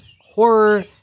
horror